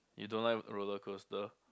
you don't like roller coaster